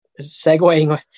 segueing